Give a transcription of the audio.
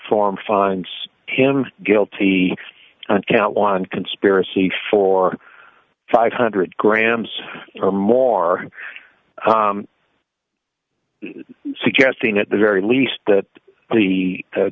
form finds him guilty on count one conspiracy for five hundred grams or more suggesting at the very least that the